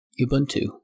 Ubuntu